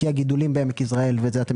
כי הגידולים בעמק יזרעאל את זה אתם